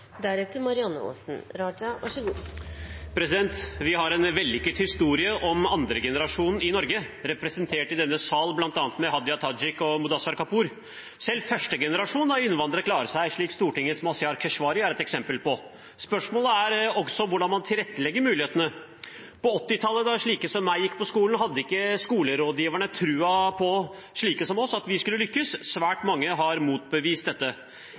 Vi har en vellykket historie om andregenerasjons innvandrere i Norge, representert i denne salen bl.a. ved Hadia Tajik og Mudassar Kapur. Selv førstegenerasjon av innvandrere klarer seg, slik Stortingets Mazyar Keshvari er et eksempel på. Spørsmålet er også hvordan man tilrettelegger mulighetene. På 1980-tallet, da slike som meg gikk på skolen, hadde ikke skolerådgiverne troen på slike som oss, at vi skulle lykkes. Svært mange har motbevist dette.